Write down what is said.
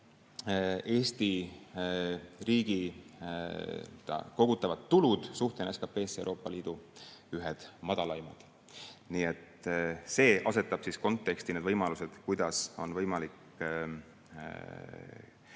Eesti riigi kogutavad tulud suhtena SKT-sse Euroopa Liidu ühed madalaimad. Nii et see asetab konteksti need võimalused, kuidas on võimalik